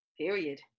Period